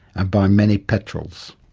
and by many petrels.